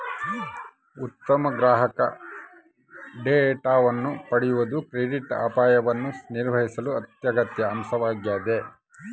ಉತ್ತಮ ಗ್ರಾಹಕ ಡೇಟಾವನ್ನು ಪಡೆಯುವುದು ಕ್ರೆಡಿಟ್ ಅಪಾಯವನ್ನು ನಿರ್ವಹಿಸಲು ಅತ್ಯಗತ್ಯ ಅಂಶವಾಗ್ಯದ